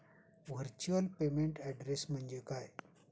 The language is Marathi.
व्हर्च्युअल पेमेंट ऍड्रेस म्हणजे काय?